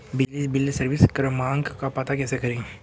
बिजली bill service क्रमांक का पता कैसे करें?